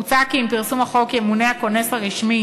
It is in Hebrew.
מוצע כי עם פרסום החוק ימונה הכונס הרשמי